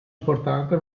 importante